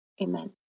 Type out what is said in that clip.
amen